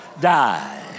die